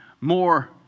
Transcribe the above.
more